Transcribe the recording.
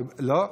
לא.